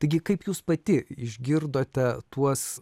taigi kaip jūs pati išgirdote tuos